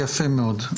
יפה מאוד.